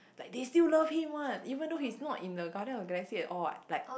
like they still love him what even though he's not in the Guardians of Galaxy at all what like